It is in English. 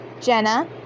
Jenna